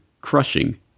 crushing